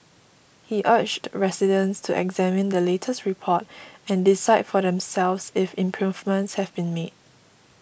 he urged residents to examine the latest report and decide for themselves if improvements have been made